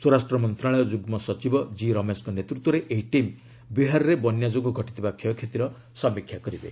ସ୍ୱରାଷ୍ଟ୍ର ମନ୍ତ୍ରଣାଳୟ ଯୁଗ୍ମ ସଚିବ କିରମେଶଙ୍କ ନେତୃତ୍ୱରେ ଏହି ଟିମ୍ ବିହାରରେ ବନ୍ୟା ଯୋଗୁଁ ଘଟିଥିବା କ୍ଷୟକ୍ଷତିର ସମୀକ୍ଷା କରିବେ